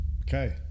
Okay